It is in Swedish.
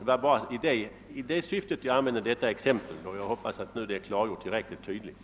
Det var i det syftet jag anförde mitt exempel. Jag hoppas att jag nu har klargjort det tillräckligt tydligt.